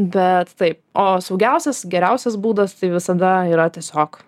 bet taip o saugiausias geriausias būdas tai visada yra tiesiog